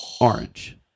orange